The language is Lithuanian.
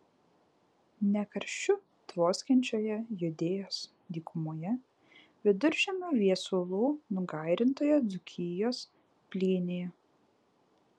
ne karščiu tvoskiančioje judėjos dykumoje viduržiemio viesulų nugairintoje dzūkijos plynėje